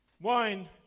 wine